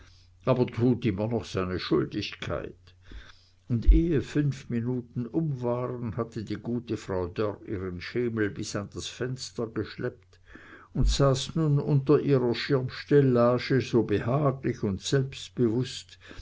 aber tut immer noch seine schuldigkeit und ehe fünf minuten um waren hatte die gute frau dörr ihren schemel bis an das fenster geschleppt und saß nun unter ihrer schirmstellage so behaglich und selbstbewußt